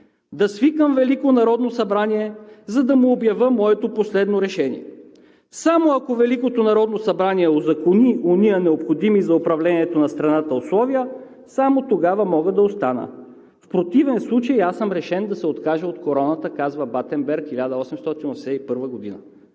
да свикам Велико народно събрание, за да му обявя моето последно решение. Само ако Великото народно събрание узакони онези необходими за управлението на страната условия, само тогава мога да остана. В противен случай аз съм решен да се откажа от короната“, казва Батенберг през 1881 г.